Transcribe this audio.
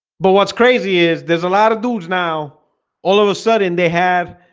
but what's crazy is there's a lot of dudes now all of a sudden they have